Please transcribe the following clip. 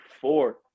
four